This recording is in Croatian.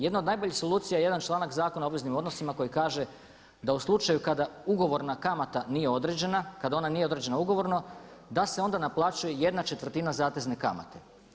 Jedna od najboljih solucija je jedan članak Zakona obveznim odnosima koji kaže da u slučaju kada ugovorna kamata nije određena, kada ona nije određena ugovorno, da se onda naplaćuje jedna četvrtina zatezne kamate.